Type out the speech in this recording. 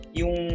yung